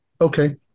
okay